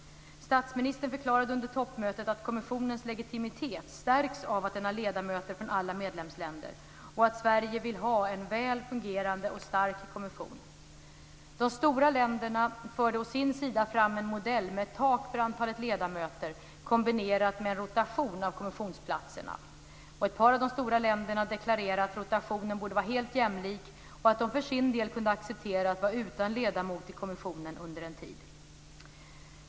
Statsministern förklarade under toppmötet att kommissionens legitimitet stärks av att den har ledamöter från alla medlemsländer, och Sverige vill ha en väl fungerande och stark kommission. De stora länderna förde å sin sida fram en modell med ett tak för antalet ledamöter kombinerat med en rotation av kommissionsplatserna. Ett par av de stora länderna deklarerade att rotationen borde vara helt jämlik och att de för sin del kunde acceptera att vara utan ledamot i kommissionen under en tid.